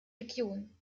regionen